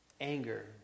Anger